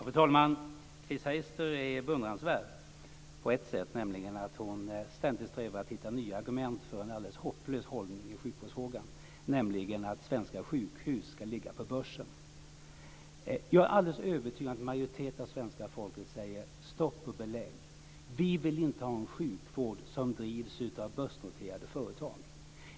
Fru talman! Chris Heister är beundransvärd på ett sätt, nämligen i det att hon ständigt strävar efter att hitta nya argument för en alldeles hopplös hållning i sjukvårdsfrågan; att svenska sjukhus ska ligga på börsen. Jag är alldeles övertygad om att en majoritet av svenska folket säger: Stopp och belägg, vi vill inte ha någon sjukvård som drivs av börsnoterade företag!